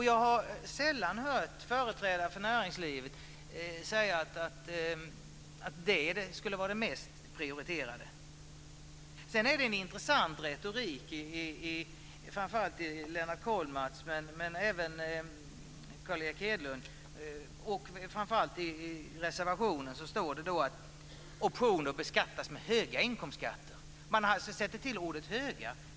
Jag har sällan hört företrädare för näringslivet säga att det skulle vara det mest prioriterade. Lennart Kollmats men även Carl Erik Hedlunds retorik var intressant. Det gäller framför allt det som står i reservationen om att optioner beskattas med höga inkomstskatter. Man lägger till ordet höga.